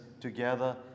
together